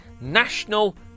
National